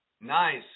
Nice